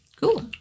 cool